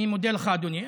אני מודה לך, אדוני.